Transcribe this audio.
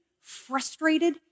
frustrated